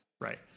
Right